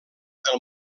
del